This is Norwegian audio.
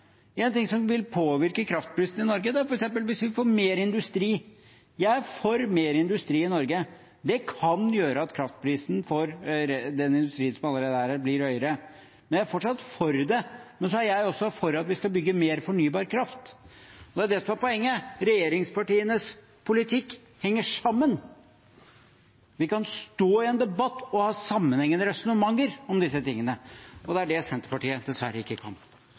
En ting som vil påvirke kraftprisene i Norge, er f.eks. hvis vi får mer industri. Jeg er for mer industri i Norge. Det kan gjøre at kraftprisen for den industrien som allerede er her, blir høyere, men jeg er fortsatt for det. Men så er jeg også for at vi skal bygge mer fornybar kraft. Og det er det som er poenget: Regjeringspartienes politikk henger sammen. Vi kan stå i en debatt og ha sammenhengende resonnementer om disse tingene. Det kan dessverre ikke Senterpartiet.